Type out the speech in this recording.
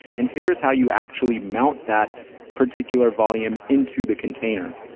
and here's how you actually mount that particular volume into the container,